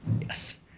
Yes